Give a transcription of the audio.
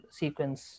sequence